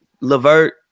Levert